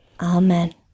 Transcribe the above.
Amen